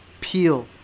Peel